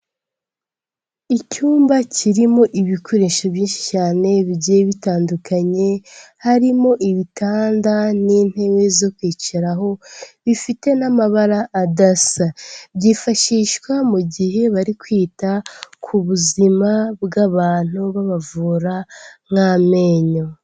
Icyumba kirimo ibikoresho byinshi cyane bigiye bitandukanye, harimo ibitanda n'intebe zo kwicaraho bifite n'amabara adasa, byifashishwa mu gihe bari kwita ku buzima bw'abantu babavura nk'amenyo.